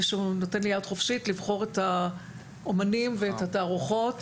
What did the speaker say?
וכשהוא נותן לי יד חופשית לבחור את האמנים ואת התערוכות,